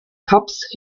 tabs